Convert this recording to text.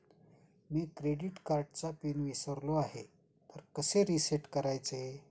मी credit कार्डचा pin विसरलो आहे तर कसे रीसेट करायचे?